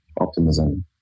optimism